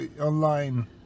online